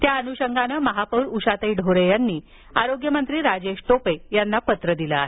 त्याअनुषंगाने महापौर ढोरे यांनी आरोग्य मंत्री राजेश टोपे यांना पत्र दिलं आहे